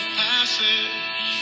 passage